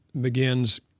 begins